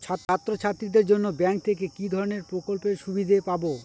ছাত্রছাত্রীদের জন্য ব্যাঙ্ক থেকে কি ধরণের প্রকল্পের সুবিধে পাবো?